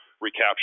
recapture